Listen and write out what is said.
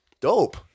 dope